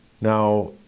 Now